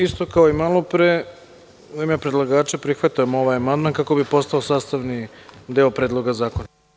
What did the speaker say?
Isto kao i malopre, u ime predlagača prihvatam ovaj amandman kako bi postao sastavni deo teksta Predloga zakona.